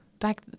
back